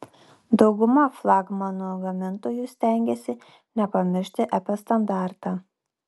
dauguma flagmanų gamintojų stengiasi nepamiršti apie standartą